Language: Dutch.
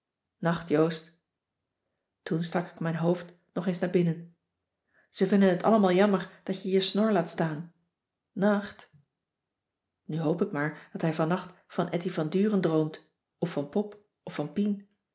nacht joost toen stak ik mijn hoofd nog eens naar binnen ze vinden het allemaal jammer dat je je snor laat staan naacht nu hoop ik maar dat hij vannacht van etty van duren droomt of van pop of van pien